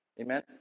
Amen